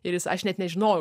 ir jis aš net nežinojau